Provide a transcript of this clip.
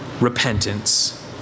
repentance